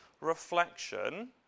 reflection